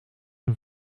een